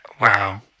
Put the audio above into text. Wow